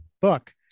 book